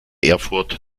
erfurt